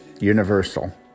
universal